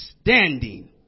standing